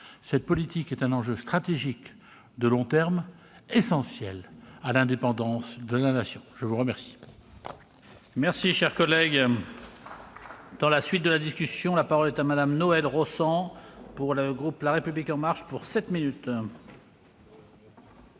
Cette politique est un enjeu stratégique de long terme, essentiel à l'indépendance de la Nation. La parole